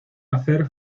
nacer